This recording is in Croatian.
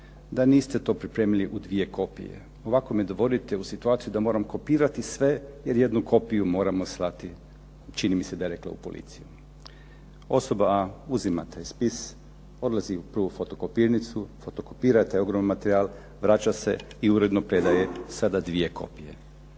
da niste to pripremili u dvije kopije. Ovako me dovodite u situaciju da moram kopirati sve, jer jednu kopiju moramo slati, čini mi se da je rekla u policiju. Osoba A uzima taj spis, odlazi u prvu fotokopiraonicu, fotokopira taj materijal, vraća se i uredno predaje sada dvije kopije.